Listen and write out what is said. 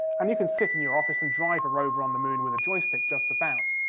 and you can sit in your office and drive a rover on the moon with a joystick, just about.